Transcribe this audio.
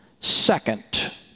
second